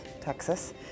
Texas